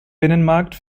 binnenmarkt